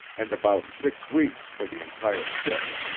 and about six weeks for the entire trip.